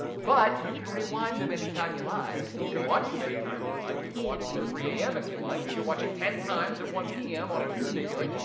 but you can rewind them anytime you like. you can watch them anytime you like. you can watch them at three am if you like. you can watch it ten times at one pm on a tuesday if you like.